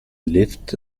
lift